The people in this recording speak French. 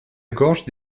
gorge